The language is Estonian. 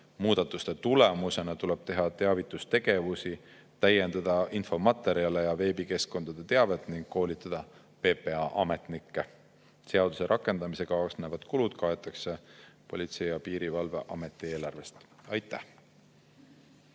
Muudatuste tulemusena tuleb teha teavitustegevust, täiendada infomaterjale ja veebikeskkondade teavet ning koolitada PPA ametnikke. Seaduse rakendamisega kaasnevad kulud kaetakse Politsei‑ ja Piirivalveameti eelarvest. Aitäh!